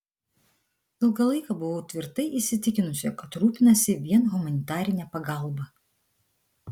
ilgą laiką buvau tvirtai įsitikinusi kad rūpinasi vien humanitarine pagalba